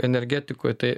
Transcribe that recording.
energetikoj tai